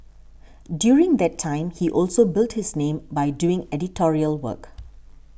during that time he also built his name by doing editorial work